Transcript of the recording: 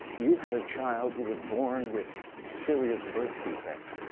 you had a child who was born with serious birth defects.